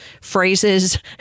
phrases